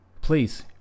please